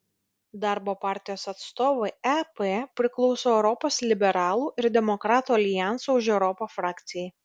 darbo partijos atstovai ep priklauso europos liberalų ir demokratų aljanso už europą frakcijai